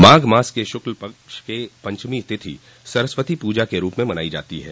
माघ मास के शुक्ल पक्ष की पंचमी तिथि सरस्वती पूजा के रूप में मनाई जाती है